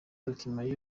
document